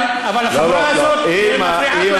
אבל החבורה הזאת מפריעה כל הזמן.